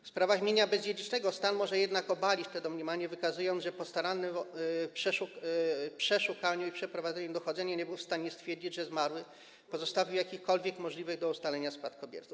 W sprawach dotyczących mienia bezdziedzicznego stan może jednak obalić to domniemanie, wykazując, że po starannym przeszukaniu i przeprowadzeniu dochodzenia nie był w stanie stwierdzić, że zmarły pozostawił jakichkolwiek możliwych do ustalenia spadkobierców.